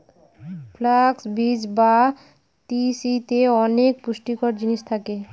flux বীজ বা তিসিতে অনেক পুষ্টিকর জিনিস থাকে